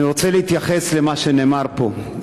אני רוצה להתייחס למה שנאמר פה,